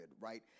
right